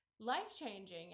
Life-changing